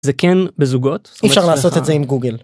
זה כן בזוגות אי אפשר לעשות את זה עם גוגל.